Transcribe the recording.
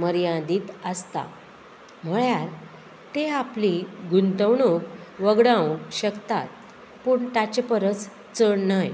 मर्यादीत आसता म्हळ्यार ते आपली गुंतवणूक वगडावंक शकतात पूण ताचे परस चड न्हय